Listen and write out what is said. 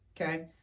Okay